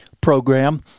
program